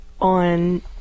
on